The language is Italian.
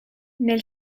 nel